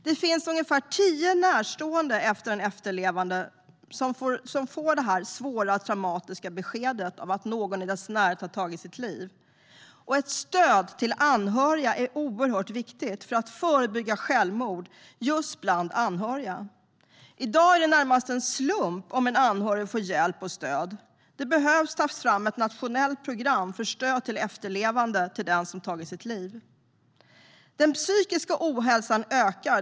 Det finns ungefär tio närstående efterlevande som får det svåra, traumatiska beskedet att någon i deras närhet har tagit sitt liv. Ett stöd till anhöriga är oerhört viktigt för att förebygga självmord just bland anhöriga. I dag är det närmast en slump om en anhörig får hjälp och stöd. Det behöver tas fram ett nationellt program för stöd till efterlevande till den som tagit sitt liv. Den psykiska ohälsan ökar.